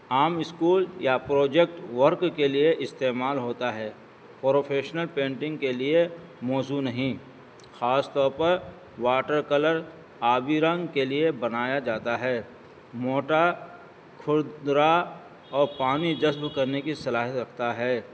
عام اسکول یا project work کے لیے استعمال ہوتا ہے پروفیشنل پینٹنگ کے لیے موضوع نہیں خاص طور پر واٹر کلر آبی رنگ کے لیے بنایا جاتا ہے موٹا کھردرا اور پانی جذب کرنے کی صلاحیت رکھتا ہے